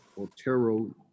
Otero